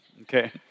okay